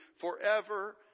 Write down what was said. forever